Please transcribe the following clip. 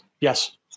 Yes